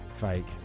fake